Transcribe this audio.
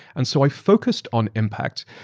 and so i focused on impact.